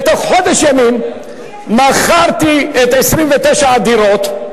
בתוך חודש ימים מכרתי את 29 הדירות,